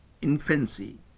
infancy